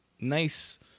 nice